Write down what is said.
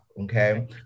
Okay